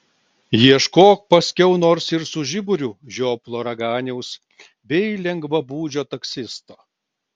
ieškok paskiau nors ir su žiburiu žioplo raganiaus bei lengvabūdžio taksisto